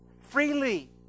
freely